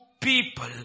people